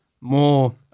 more